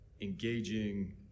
engaging